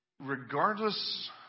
Regardless